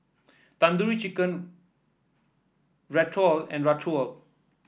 Tandoori Chicken Ratatouille and Ratatouille